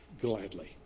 gladly